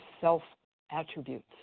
self-attributes